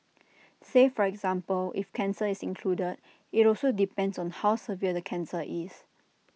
say for example if cancer is included IT also depends on how severe the cancer is